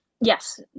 Yes